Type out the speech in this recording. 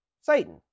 Satan